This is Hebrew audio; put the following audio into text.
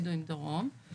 בדואים דרום,